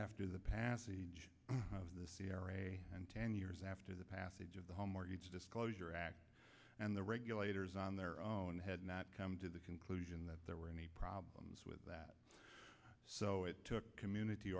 after the passage of the c r a and ten years after the passage of the home mortgage disclosure act and the regulators on their own had not come to the conclusion that there were any problems with that so it took community